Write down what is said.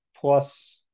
plus